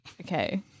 Okay